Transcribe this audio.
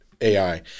ai